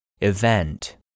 Event